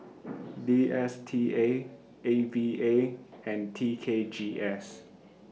D S T A A V A and T K G S